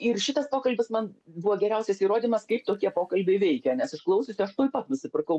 ir šitas pokalbis man buvo geriausias įrodymas kaip tokie pokalbiai veikia nes išklausiusi aš tuoj pat nusipirkau